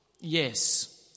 Yes